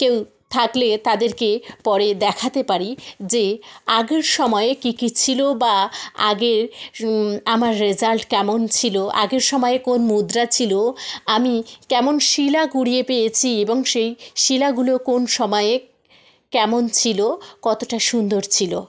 কেউ থাকলে তাদেরকে পরে দেখাতে পারি যে আগের সময়ে কী কী ছিল বা আগের আমার রেজাল্ট কেমন ছিল আগের সময়ে কোন মুদ্রা ছিল আমি কেমন শিলা কুড়িয়ে পেয়েছি এবং সেই শিলাগুলো কোন সময়ে কেমন ছিল কতটা সুন্দর ছিল